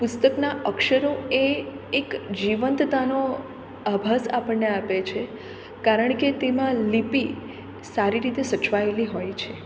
પુસ્તકના અક્ષરો એ એક જીવંતતાનો આભાસ આપણને આપે છે કારણ કે તેમાં લિપિ સારી રીતે સચવાએલી હોય છે